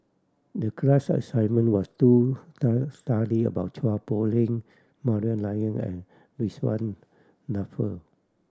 the class assignment was to study about Chua Poh Leng Maria Dyer and Ridzwan Dzafir